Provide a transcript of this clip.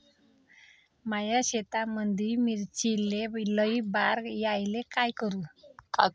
माया शेतामंदी मिर्चीले लई बार यायले का करू?